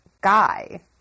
guy